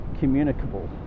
communicable